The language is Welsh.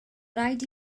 rhaid